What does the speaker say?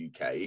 UK